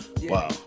Wow